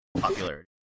popularity